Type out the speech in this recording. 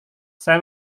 saya